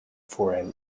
for